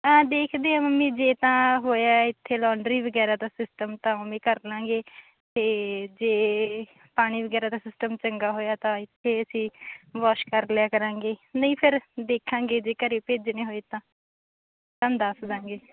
ਦੇਖਦੇ ਹਾਂ ਮੰਮੀ ਜੇ ਤਾਂ ਹੋਇਆ ਇੱਥੇ ਲੋਨਡਰੀ ਵਗੈਰਾ ਦਾ ਸਿਸਟਮ ਤਾਂ ਓਵੇਂ ਕਰ ਲਾਂਗੇ ਅਤੇ ਜੇ ਪਾਣੀ ਵਗੈਰਾ ਦਾ ਸਿਸਟਮ ਚੰਗਾ ਹੋਇਆ ਤਾਂ ਇੱਥੇ ਅਸੀਂ ਵਾਸ਼ ਕਰ ਲਿਆ ਕਰਾਂਗੇ ਨਹੀਂ ਫਿਰ ਦੇਖਾਂਗੇ ਜੇ ਘਰ ਭੇਜਣੇ ਹੋਏ ਤਾਂ ਤੁਹਾਨੂੰ ਦੱਸ ਦਾਂਗੇ